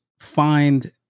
find